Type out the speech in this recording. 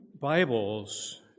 Bibles